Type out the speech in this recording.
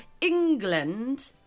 England